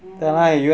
mm